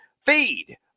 feed